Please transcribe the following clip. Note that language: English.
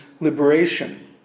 liberation